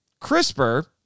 CRISPR